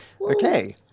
Okay